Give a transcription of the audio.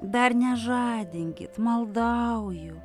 dar nežadinkit maldauju